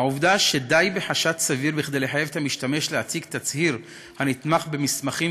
העובדה שדי בחשד סביר כדי לחייב את המשתמש להציג תצהיר הנתמך במסמכים,